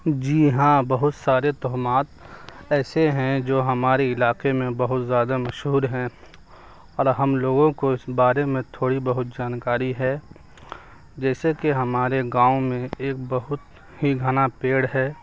جی ہاں بہت سارے توہمات ایسے ہیں جو ہمارے علاقے میں بہت زیادہ مشہور ہیں اور ہم لوگوں کو اس بارے میں تھوڑی بہت جانکاری ہے جیسے کہ ہمارے گاؤں میں ایک بہت ہی گھنا پیڑ ہے